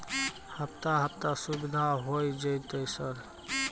हफ्ता हफ्ता सुविधा होय जयते सर?